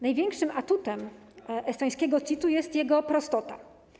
Największym atutem estońskiego CIT-u jest jego prostota.